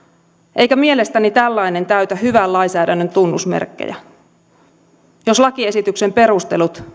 eikä mielestäni tällainen täytä hyvän lainsäädännön tunnusmerkkejä jos lakiesityksen perustelut